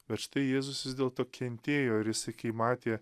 bet štai jėzus vis dėlto kentėjo ir jisai kai matė